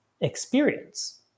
experience